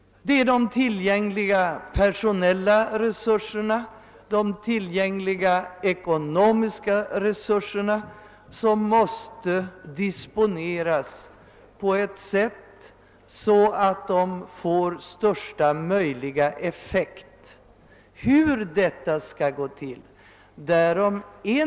De tillgängliga personella resurserna och de tillgängliga ekonomiska resurserna måste disponeras på ett sådant sätt att de får största möjliga effekt.